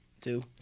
two